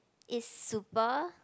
is super